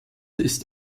ist